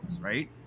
right